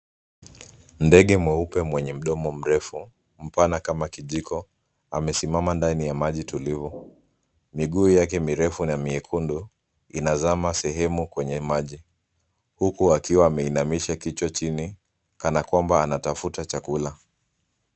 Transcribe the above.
Ndege mweupe mwenye mdomo mrefu, mpana kama kijiko amesimama ndani ya maji tulivu. Miguu yake mirefu na miekundu, inazama sehemu kwenye maji, huku akiwa ameinamisha kichwa chini, kana kwamba anatafuta chakula.